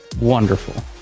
wonderful